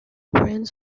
bands